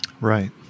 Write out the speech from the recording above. right